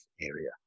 area